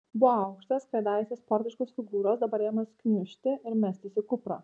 buvo aukštas kadaise sportiškos figūros dabar ėmęs kiužti ir mestis į kuprą